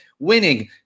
winning